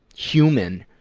human,